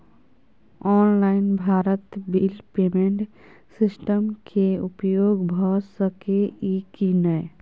Online Bharat bill payment system के उपयोग भ सके इ की नय?